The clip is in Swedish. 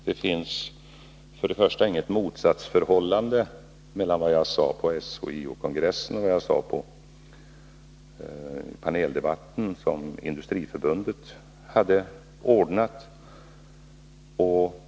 Det råder inget motsatsförhållande mellan vad jag sade på SHIO kongressen och vad jag sade i den paneldebatt som Industriförbundet hade anordnat.